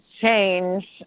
change